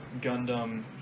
Gundam